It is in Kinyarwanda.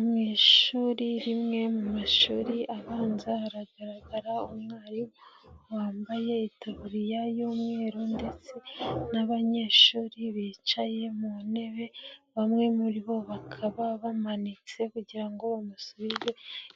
Mu ishuri rimwe mu mashuri abanza haragaragara umwarimu wambaye itaburiya y'umweru ndetse n'abanyeshuri bicaye mu ntebe, bamwe muri bo bakaba bamanitse kugira ngo bamusubize